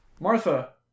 Martha